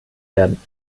werden